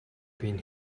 been